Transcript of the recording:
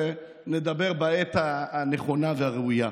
על זה נדבר בעת הנכונה והראויה.